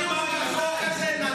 יש לי הצעה ידידותית, איזה קו פרשת מים?